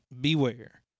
beware